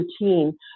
routine